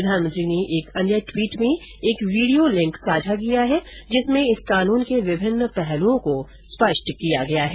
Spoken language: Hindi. प्रधानमंत्री ने एक अन्य ट्वीट में एक वीडियो लिंक साझा किया है जिसमें इस कानुन के विभिन्न पहलुओं को स्पष्ट किया गया है